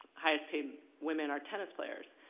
highest paid women are tennis players.